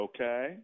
Okay